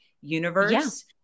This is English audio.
universe